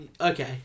okay